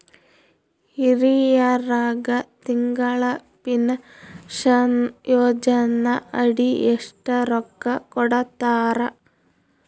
ಹಿರಿಯರಗ ತಿಂಗಳ ಪೀನಷನಯೋಜನ ಅಡಿ ಎಷ್ಟ ರೊಕ್ಕ ಕೊಡತಾರ?